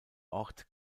ort